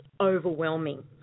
overwhelming